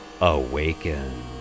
Awaken